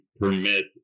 permit